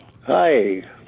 Hi